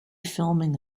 filming